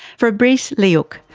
fabrice lehoucq,